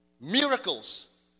Miracles